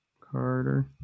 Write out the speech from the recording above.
Carter